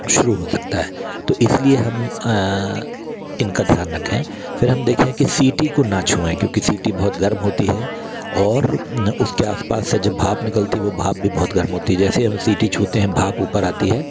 शुरू हो सकता है तो इसलिए हम इनका ध्यान रखें फिर हम देखें हैं कि सीटी को ना छुएँ क्योंकि सीटी बहुत गर्म होती है और उसके आस पास से जब भाप निकलती है वो भाप भी बहुत गर्म होती है जैसे ही हम सीटी छूते हैं भाप ऊपर आती है